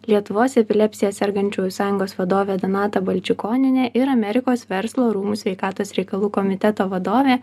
lietuvos epilepsija sergančiųjų sąjungos vadovė donata balčikonienė ir amerikos verslo rūmų sveikatos reikalų komiteto vadovė